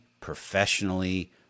professionally